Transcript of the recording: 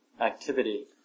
activity